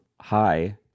hi